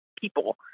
people